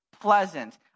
pleasant